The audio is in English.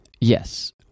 Yes